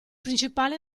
principale